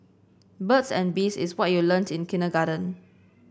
birds and bees is what you learnt in kindergarten